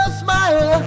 smile